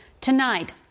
Tonight